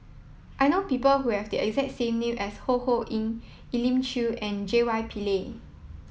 I know people who have the exact same name as Ho Ho Ying Elim Chew and J Y Pillay